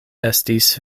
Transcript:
estis